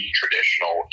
traditional